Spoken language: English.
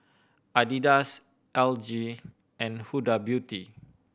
Adidas L G and Huda Beauty